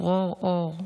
דרור אור,